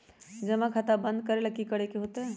जमा खाता बंद करे ला की करे के होएत?